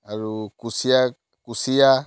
আৰু কুচিয়া কুচিয়া